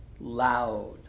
loud